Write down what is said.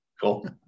Cool